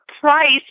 price